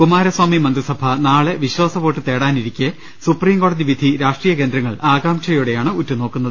കുമാരസ്വാമി മന്ത്രിസഭ നാളെ വിശ്വാസവോട്ട് തേടാനിരിക്കെ സുപ്രീം കോടതി വിധി രാഷ്ട്രീയകേന്ദ്രങ്ങൾ ആകാംക്ഷയോടെയാണ് ഉറ്റുനോക്കുന്നത്